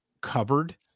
covered